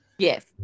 yes